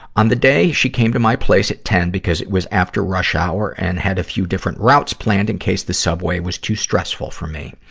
on the day, she came to me place at ten, because it was after rush hour and had a few different routes planned in case the subway was too stressful for me.